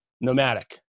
nomadic